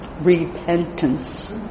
repentance